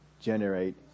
generate